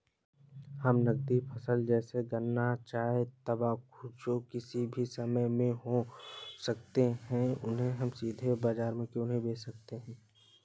हम नगदी फसल जैसे गन्ना चाय तंबाकू जो किसी भी समय में हो सकते हैं उन्हें सीधा बाजार में क्यो नहीं बेच सकते हैं?